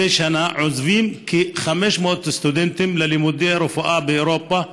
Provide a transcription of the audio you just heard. מדי שנה עוזבים כ-500 סטודנטים ללימודי רפואה באירופה.